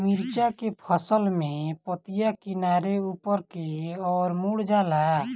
मिरचा के फसल में पतिया किनारे ऊपर के ओर मुड़ जाला?